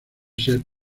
ser